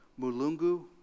mulungu